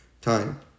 time